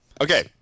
Okay